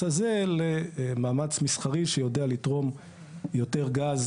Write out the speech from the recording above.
הזה למאמץ מסחרי שיודע לתרום יותר גז